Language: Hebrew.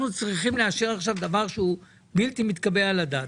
אנחנו צריכים לאשר עכשיו דבר שהוא בלתי מתקבל על הדעת,